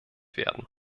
werden